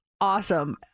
awesome